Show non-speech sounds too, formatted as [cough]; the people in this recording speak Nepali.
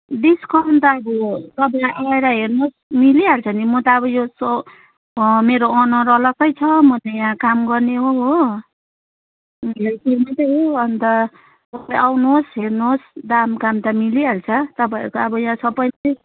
डिस्काउन्ट त अब तपाईँलाई आएर हेर्नुहोस् मिलिहाल्छ नि म त अब यो स मेरो अनर अलग्गै छ म त यहाँ काम गर्ने हो हो [unintelligible] हो अनि त तपाईँ आउनुहोस् हेर्नुहोस् दाम काम त मिलिहाल्छ तपाईँहरू अब यहाँ सबै नै